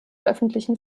öffentlichen